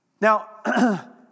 Now